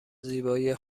زیبایی